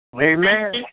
Amen